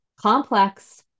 complex